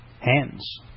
hands